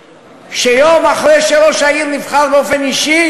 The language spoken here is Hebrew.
שיום אחרי שראש העיר נבחר באופן אישי,